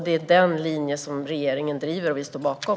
Det är den linjen som regeringen driver och vi står bakom.